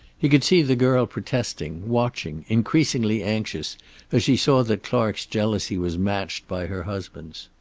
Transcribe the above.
he could see the girl protesting, watching, increasingly anxious as she saw that clark's jealousy was matched by her husband's.